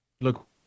Look